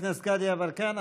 חבר הכנסת גדי יברקן.